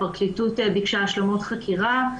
הפרקליטות ביקשה השלמות חקירה.